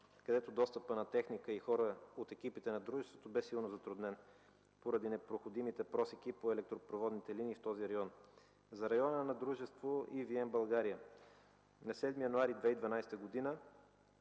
където достъпът на техника и хора от екипите на дружеството беше силно затруднен, поради непроходимите просеки по електропроводните линии в този район. За района на дружество „ЕВН – България”, на 7 януари 2012 г.